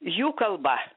jų kalba